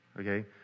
Okay